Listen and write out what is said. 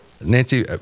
Nancy